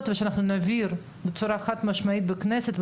ושאנחנו נבהיר בצורה חד משמעית בכנסת,